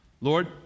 Lord